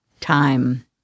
Time